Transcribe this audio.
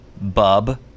bub